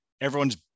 everyone's